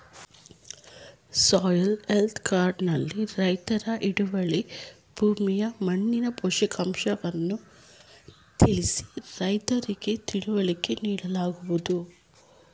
soil health card ನಲ್ಲಿ ರೈತರ ಹಿಡುವಳಿ ಭೂಮಿಯ ಮಣ್ಣಿನ ಪೋಷಕಾಂಶವನ್ನು ತಿಳಿಸಿ ರೈತರಿಗೆ ತಿಳುವಳಿಕೆ ನೀಡಲಾಗುವುದು